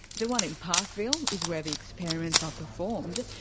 the one in parkville is where the experiments are performed,